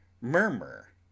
murmur